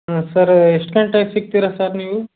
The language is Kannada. ಹಾಂ ಸರ ಎಷ್ಟು ಗಂಟೆಗೆ ಸಿಕ್ತೀರ ಸರ್ ನೀವು